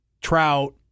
Trout